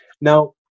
Now